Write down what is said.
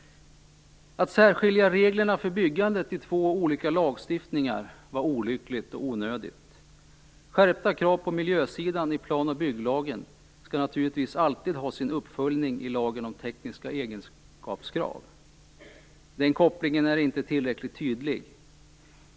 Att särskilja reglerna för byggandet i två olika lagstiftningar var olyckligt och onödigt. Skärpta krav på miljöområdet i plan och bygglagen skall naturligtvis alltid ha sin uppföljning i lagen om tekniska egenskapskrav. Den kopplingen är inte tillräckligt tydlig.